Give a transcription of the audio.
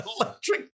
Electric